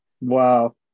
Wow